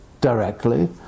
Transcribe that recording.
directly